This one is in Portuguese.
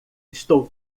estou